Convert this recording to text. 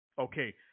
okay